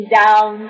down